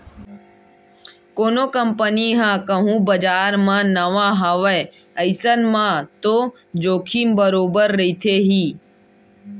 कोनो कंपनी ह कहूँ बजार म नवा हावय अइसन म तो जोखिम बरोबर रहिथे ही